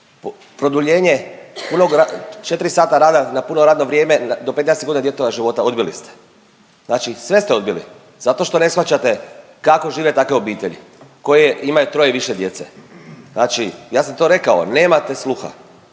Produljenje punog ra…, 4 sata rada na puno radno vrijeme do 15.g. djetetova života, odbili ste, znači sve ste odbili zato što ne shvaćate kako žive takve obitelji koje imaju troje i više djece. Znači ja sam to rekao, nemate sluha,